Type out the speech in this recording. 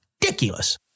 ridiculous